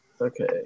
Okay